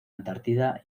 antártida